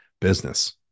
business